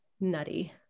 nutty